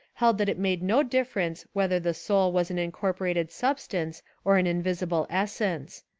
held that it made no difference whether the soul was an incorporated substance or an invisible essence.